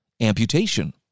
amputation